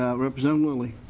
representative lillie